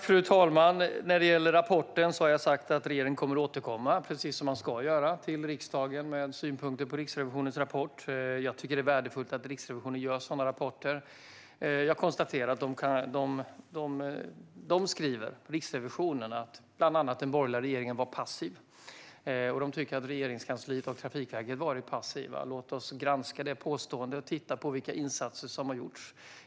Fru talman! Jag har sagt att regeringen kommer att återkomma, precis som man ska göra, till riksdagen med synpunkter på Riksrevisionens rapport. Jag tycker att det är värdefullt att Riksrevisionen gör sådana rapporter. Jag konstaterar att Riksrevisionen skriver att bland annat den borgerliga regeringen var passiv. Och de tycker att Regeringskansliet och Trafikverket har varit passiva. Låt oss granska dessa påståenden och titta på vilka insatser som har gjorts.